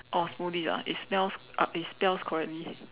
oh smoothies ah it smells uh it spells correctly